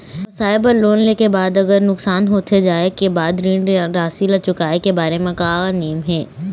व्यवसाय बर लोन ले के बाद अगर नुकसान होथे जाय के बाद ऋण राशि ला चुकाए के बारे म का नेम हे?